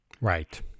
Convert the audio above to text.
Right